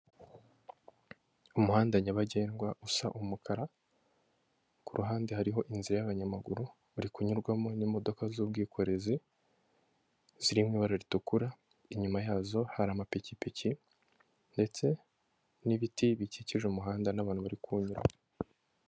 Umuhanda nyabagendwa usa umukara, ku ruhande hariho inzira y'abanyamaguru, uri kunyurwamo n'imodoka z'ubwikorezi zirimo ibara ritukura, inyuma yazo hari amapikipiki ndetse n'ibiti bikikije umuhanda n'abantu bari kuwunyuramo.